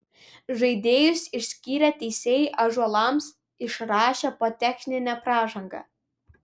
žaidėjus išskyrę teisėjai ąžuolams išrašė po techninę pražangą